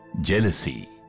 jealousy